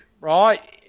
right